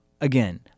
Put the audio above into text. Again